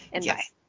Yes